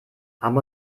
arm